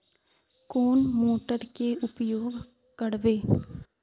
कौन मोटर के उपयोग करवे?